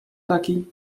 taki